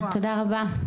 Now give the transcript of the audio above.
תודה רבה.